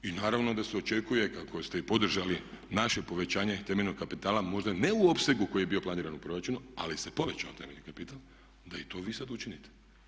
I naravno da se očekuje kako ste i podržali naše povećanje temeljnog kapitala možda ne u opsegu koji je bio planiran u proračunu, ali se povećao temeljni kapital da i to vi sad učinite.